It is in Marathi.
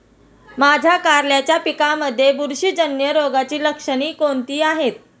माझ्या कारल्याच्या पिकामध्ये बुरशीजन्य रोगाची लक्षणे कोणती आहेत?